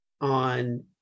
on